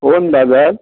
कोण बाबेल